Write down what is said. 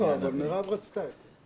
לא, אבל מירב רצתה את זה.